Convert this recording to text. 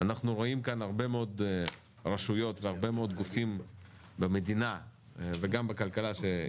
אנחנו רואים כאן הרבה מאוד רשויות והרבה מאוד גופים במדינה גם בכלכלה,